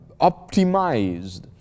optimized